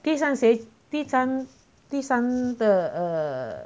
第三谁第三的 err